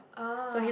ah